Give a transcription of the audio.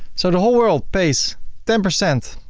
so the whole world pays ten percent